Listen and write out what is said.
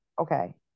okay